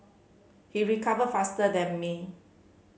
he recovered faster than me